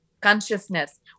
consciousness